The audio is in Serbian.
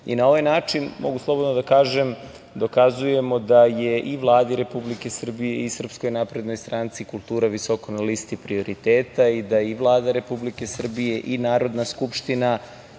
Na ovaj način, mogu slobodno da kažem, dokazujemo da je i Vladi Republike Srbije i SNS, kultura visoko na listi prioriteta i da i Vlada Republike Srbije i Narodna skupština